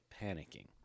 panicking